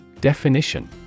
Definition